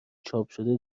چاپشده